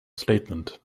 statement